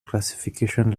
classification